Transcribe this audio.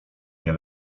nie